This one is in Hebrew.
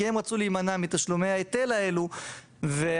כי הם רצו להימנע מתשלומי ההיטל האלו ואנחנו